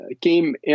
came